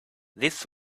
this